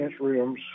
rims